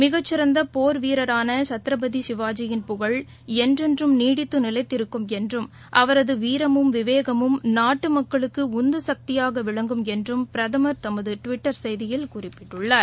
மிகச்சிறந்தபோர் வீரரானசத்ரபதிசிவாஜியின் புகழ் என்றென்றும் நீடித்துநிலைத்திருக்கும் என்றும் அவரதுவீரமும் விவேகமும் நாட்டுமக்களுக்குஉந்துசக்தியாகவிளங்கும் என்றும் பிரதம் தமதடுவிட்டர் செய்தியில் குறிப்பிட்டுள்ளார்